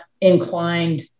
inclined